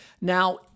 Now